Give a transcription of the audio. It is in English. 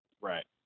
Right